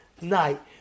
night